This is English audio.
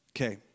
Okay